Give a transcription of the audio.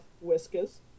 whiskers